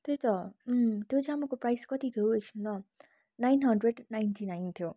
त्यही त त्यो जामाको प्राइज कति थियो एकछिन ल नाइन हन्ड्रेड नाइन्टी नाइन थियो